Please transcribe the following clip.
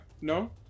No